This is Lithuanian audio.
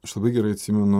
aš labai gerai atsimenu